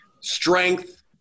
strength